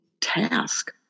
task